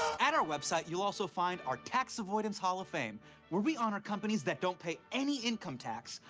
at our website you'll also find our tax avoidance hall of fame where we honor companies that don't pay any income tax.